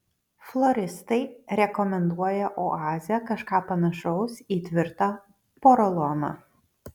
floristai rekomenduoja oazę kažką panašaus į tvirtą poroloną